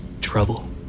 trouble